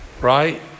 right